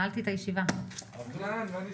הישיבה נעולה.